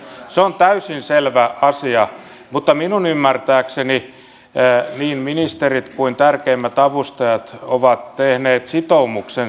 se on täysin selvä asia mutta minun ymmärtääkseni niin ministerit kuin tärkeimmät avustajat ovat tehneet sitoumuksen